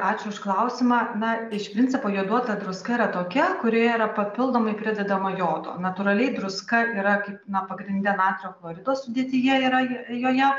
ačiū už klausimą na iš principo joduota druska yra tokia kurioje yra papildomai pridedama jodo natūraliai druska yra kaip na pagrinde natrio chlorido sudėtyje yra j joje